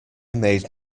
made